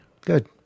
good